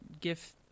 Gift